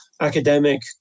academic